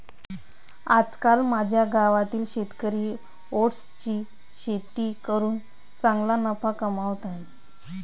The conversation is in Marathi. आजकाल माझ्या गावातील शेतकरी ओट्सची शेती करून चांगला नफा कमावत आहेत